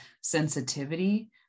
sensitivity